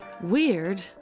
Weird